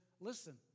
Listen